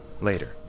Later